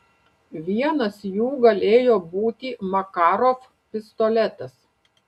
vienas jų galėjo būti makarov pistoletas